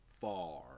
far